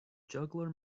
juggler